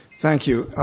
thank you.